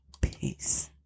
Peace